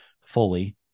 fully